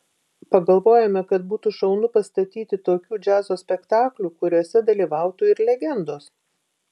pagalvojome kad būtų šaunu pastatyti tokių džiazo spektaklių kuriuose dalyvautų ir legendos